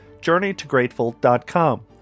journeytograteful.com